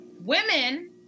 Women